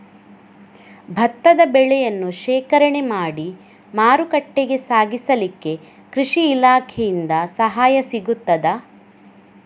ಭತ್ತದ ಬೆಳೆಯನ್ನು ಶೇಖರಣೆ ಮಾಡಿ ಮಾರುಕಟ್ಟೆಗೆ ಸಾಗಿಸಲಿಕ್ಕೆ ಕೃಷಿ ಇಲಾಖೆಯಿಂದ ಸಹಾಯ ಸಿಗುತ್ತದಾ?